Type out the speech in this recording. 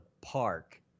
park